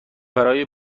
برای